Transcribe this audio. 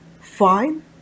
fine